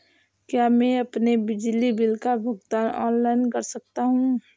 क्या मैं अपने बिजली बिल का भुगतान ऑनलाइन कर सकता हूँ?